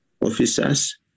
officers